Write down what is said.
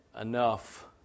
enough